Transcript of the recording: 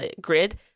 grid